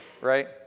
right